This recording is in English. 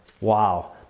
Wow